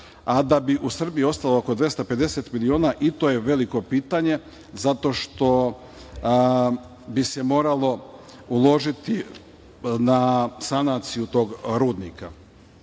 a da bi u Srbiji ostalo oko 250 miliona, i to je veliko pitanje zato što bi se moralo uložiti na sanaciju tog rudnika. Želim